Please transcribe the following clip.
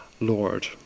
Lord